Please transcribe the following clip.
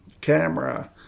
camera